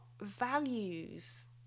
values